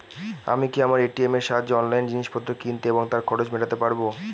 আমি কি আমার এ.টি.এম এর সাহায্যে অনলাইন জিনিসপত্র কিনতে এবং তার খরচ মেটাতে পারব?